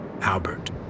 Albert